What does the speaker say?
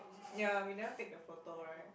ya we never take the photo right